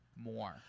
More